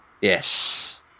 Yes